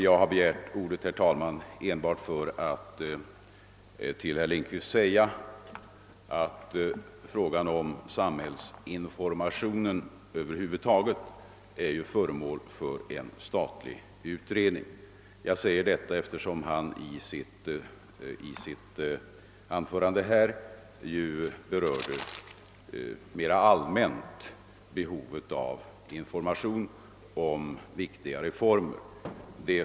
Jag har begärt ordet, herr talman, för att till herr Lindkvist säga att frågan om samhällsinformationen över huvud taget är föremål för en statlig utredning. Jag säger detta därför att han i sitt anförande mera allmänt berörde behovet av information om viktiga reformer.